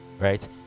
right